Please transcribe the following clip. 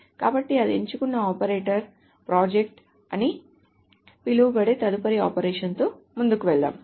కాబట్టి అది ఎంచుకున్న ఆపరేటర్ ప్రాజెక్ట్ అని పిలువబడే తదుపరి ఆపరేషన్తో ముందుకు వెళ్దాం